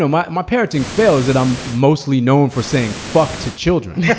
so my my parenting feels that i'm mostly known for saying fuck to children.